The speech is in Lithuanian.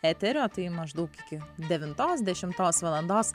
eterio tai maždaug iki devintos dešimtos valandos